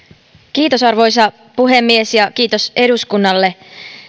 arvoisa puhemies kiitos eduskunnalle